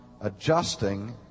adjusting